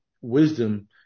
wisdom